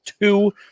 two